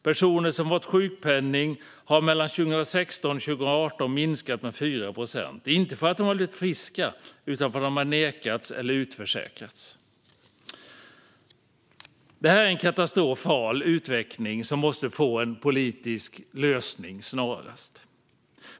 Personer som har fått sjukpenning har mellan 2016 och 2018 minskat med 4 procent - inte för att de har blivit friska utan för att de har nekats ersättning eller blivit utförsäkrade. Detta är en katastrofal utveckling som snarast måste få en politisk lösning.